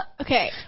Okay